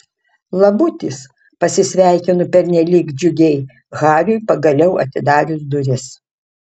labutis pasisveikinu pernelyg džiugiai hariui pagaliau atidarius duris